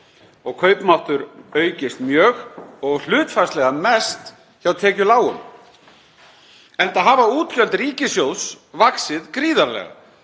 og kaupmáttur hefur aukist mjög og hlutfallslega mest hjá tekjulágum, enda hafa útgjöld ríkissjóðs vaxið gríðarlega,